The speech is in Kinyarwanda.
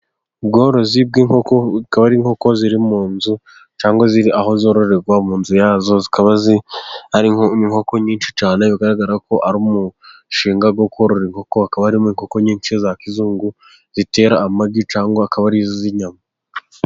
Ubworozi bw'inkoko hakaba hari inkoko ziri mu nzu cyangwa aho zororerwa mu nzu yazo, zikaba inkoko nyinshi cyane bigaragara ko ari umushinga wo korora inkoko, hakaba harimo inkoko nyinshi za kizungu zitera amagi, cyangwa hakaba hari iz'inyama.